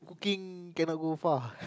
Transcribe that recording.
cooking cannot go far